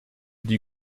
die